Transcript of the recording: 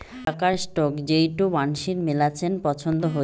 টাকার স্টক যেইটো মানসির মেলাছেন পছন্দ হই